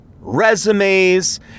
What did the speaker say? resumes